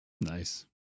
Nice